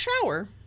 shower